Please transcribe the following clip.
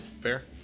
fair